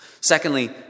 Secondly